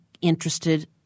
interested